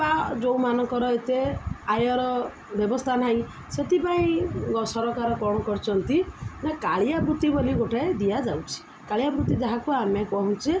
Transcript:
ବା ଯେଉଁମାନଙ୍କର ଏତେ ଆୟର ବ୍ୟବସ୍ଥା ନାହିଁ ସେଥିପାଇଁ ସରକାର କ'ଣ କରିଛନ୍ତି ନା କାଳିଆ ବୃତ୍ତି ବୋଲି ଗୋଟେ ଦିଆଯାଉଛି କାଳିଆ ବୃତ୍ତି ଯାହାକୁ ଆମେ କହୁଛେ